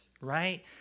right